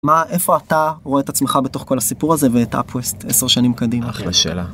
מה, איפה אתה רואה את עצמך בתוך כל הסיפור הזה ואת אפווסט 10 שנים קדימה? אחלה שאלה.